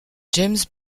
james